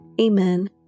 Amen